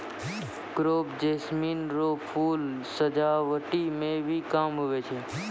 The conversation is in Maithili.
क्रेप जैस्मीन रो फूल सजावटी मे भी काम हुवै छै